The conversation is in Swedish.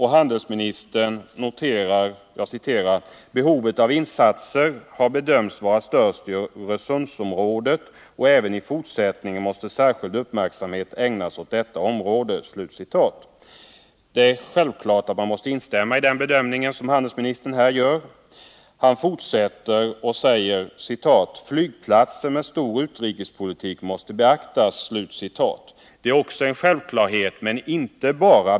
Handelsministern noterar i svaret bl.a.: ”Behovet av insatser har bedömts vara störst i Öresundsområdet, och även i fortsättningen måste särskild uppmärksamhet ägnas åt detta område.” Här kan jag självfallet instämma i denna av handelsministern gjorda bedömning. Handelsministern tillägger: ”Men även t.ex. flygplatser med stor utrikestrafik måste beaktas.” Också här är det fråga om en självklar inriktning på spaningsverksamheten.